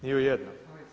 Ni u jednom.